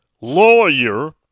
lawyer